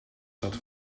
zat